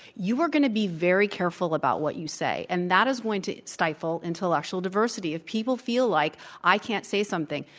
you are going to be very careful about what you say. and that is going to stifle intellectual diversity if people feel like i can't say something.